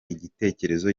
igitekerezo